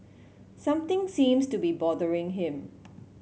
something seems to be bothering him